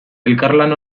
elkarlan